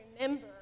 remember